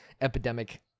epidemic